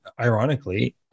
ironically